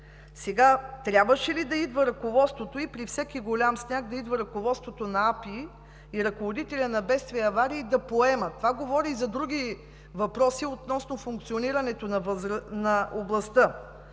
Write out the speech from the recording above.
също. Трябваше ли да идва ръководството? Трябва ли при всеки голям сняг да идва ръководството на АПИ и ръководителят на „Бедствия и аварии“ и да поемат случая? Това повдига и други въпроси относно функционирането на областта